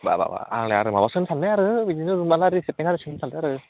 बा बा आंलाय आरो माबासो होनो सानदों आरो बिदिनो रुमाल आरि पेन आरिसो होनो सान्दों आरो